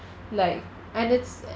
like and it's